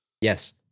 Yes